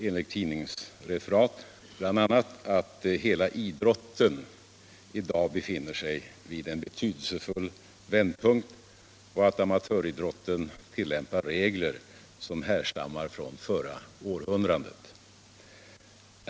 Enligt tidningsreferat framhöll han bl.a. att hela idrotten i dag befinner sig vid en betydelsefull vändpunkt och att amatöridrotten tillämpar regler som härstammar från förra århundradet.